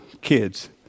kids